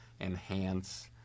enhance